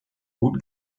guten